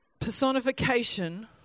personification